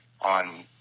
on